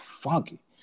funky